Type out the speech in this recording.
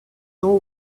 all